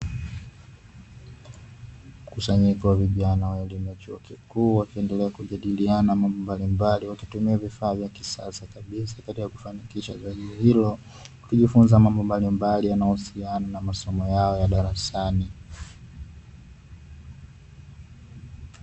Mkusanyiko wa vijana wa elimu ya chuo kikuu na kujadiliana mambo mbalimbali wakitumia vifaa vya sasa kwa ajili ya kufanikisha jambo hilo, wakijifunza mambo mbalimbali yanayo husiana na masomo yao ya darasani.